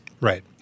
Right